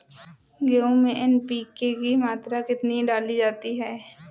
गेहूँ में एन.पी.के की मात्रा कितनी डाली जाती है?